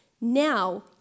Now